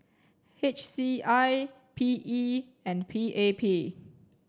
H C I P E and P A P